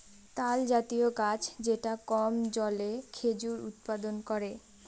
তালজাতীয় গাছ যেটা কম জলে খেজুর উৎপাদন করে